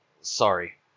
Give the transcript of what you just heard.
Sorry